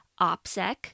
OPSEC